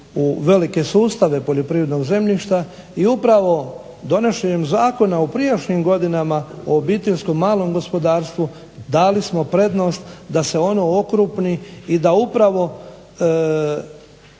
u velike sustave poljoprivrednog zemljišta i upravo donošenjem zakona u prijašnjim godinama o obiteljskom, malom gospodarstvu dali smo prednost da se ono okrupni i da upravo